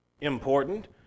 important